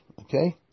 okay